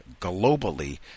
globally